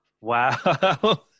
Wow